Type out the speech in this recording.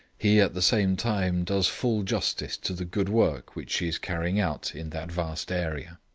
he at the same time does full justice to the good work which she is carrying out in that vast area.